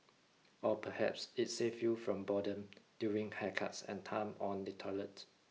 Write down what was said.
or perhaps it saved you from boredom during haircuts and time on the toilet